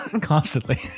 Constantly